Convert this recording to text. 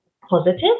positive